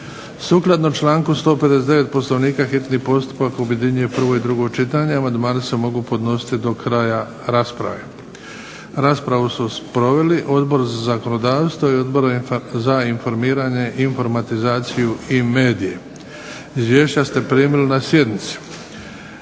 Sukladno članku 159. Poslovnika hitni postupak objedinjuje prvo i drugo čitanje. Amandmani se mogu podnositi do kraja rasprave. Raspravu su proveli Odbor za zakonodavstvo i Odbor za informiranje, informatizaciju i medije. Izvješća ste primili na sjednici.